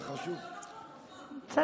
חבר הכנסת גלעד, אתה שומע?